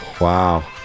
wow